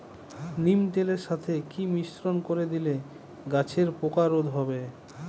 নিম তেলের সাথে কি মিশ্রণ করে দিলে গাছের পোকা রোধ হবে?